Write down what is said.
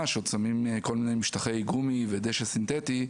כשעוד שמים כל מיני משטחי גומי ודשא סינטטי.